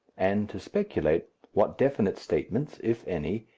and to speculate what definite statements, if any,